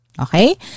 Okay